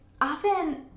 often